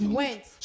went